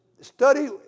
study